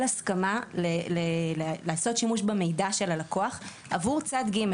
הסכמה לעשות שימוש במידע של הלקוח עבור צד ג',